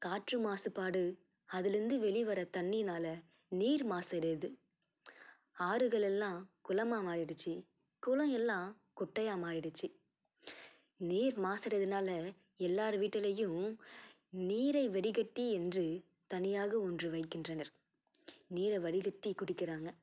காற்று மாசுபாடு அதிலருந்து வெளிவர தண்ணியினால் நீர் மாசடையுது ஆறுகள் எல்லாம் குளமாக மாறிடுச்சு குளம் எல்லாம் குட்டையாக மாறிடுச்சு நீர் மாசு அடைகிறதுனால எல்லார் வீட்டிலையும் நீரை வடிகட்டி இன்று தனியாக ஊன்று வைக்கின்றனர் நீரை வடிகட்டி குடிக்கிறாங்க